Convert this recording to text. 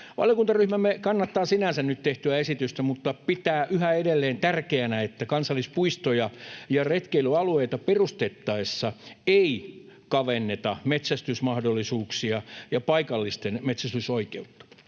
Valiokuntaryhmämme kannattaa sinänsä nyt tehtyä esitystä mutta pitää yhä edelleen tärkeänä, että kansallispuistoja ja retkeilyalueita perustettaessa ei kavenneta metsästysmahdollisuuksia ja paikallisten metsästysoikeutta.